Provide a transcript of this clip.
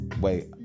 Wait